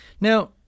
Now